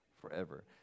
forever